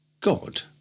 God